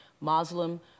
Muslim